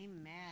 Amen